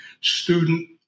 student